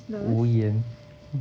无言